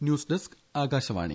news desk Akashvani